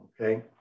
okay